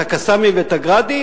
את ה"קסאמים" ואת ה"גראדים",